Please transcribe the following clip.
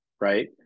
right